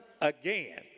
again